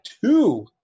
two